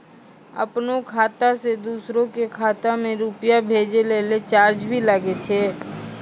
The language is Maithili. आपनों खाता सें दोसरो के खाता मे रुपैया भेजै लेल चार्ज भी लागै छै?